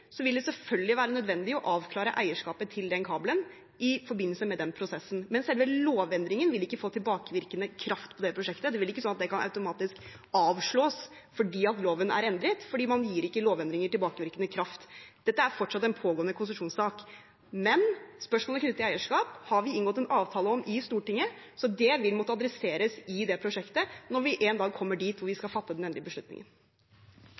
vil det selvfølgelig være nødvendig å avklare eierskapet til kabelen i forbindelse med den prosessen. Men selve lovendringen vil ikke få tilbakevirkende kraft for det prosjektet. Det blir ikke sånn at det automatisk kan avslås fordi loven er endret, for man gir ikke lovendringer tilbakevirkende kraft. Dette er fortsatt en pågående konsesjonssak. Spørsmålet knyttet til eierskap har vi inngått en avtale om i Stortinget, så det vil måtte behandles i det prosjektet når vi en dag kommer dit at vi skal fatte den endelige beslutningen.